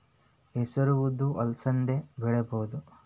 ಹೆಸರು ಉದ್ದು ಅಲಸಂದೆ ಬೆಳೆಯಬಹುದಾ?